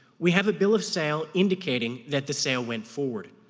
we have a bill of sale indicating that the sale went forward.